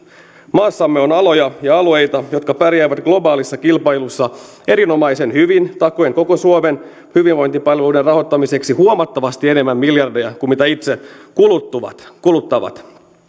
maassamme on aloja ja alueita jotka pärjäävät globaalissa kilpailussa erinomaisen hyvin takoen koko suomen hyvinvointipalveluiden rahoittamiseksi huomattavasti enemmän miljardeja kuin mitä itse kuluttavat kuluttavat